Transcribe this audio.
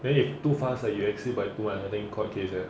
then if too fast you exceed by two uh I think gone case eh